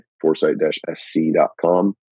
foresight-sc.com